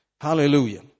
Hallelujah